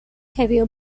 heavier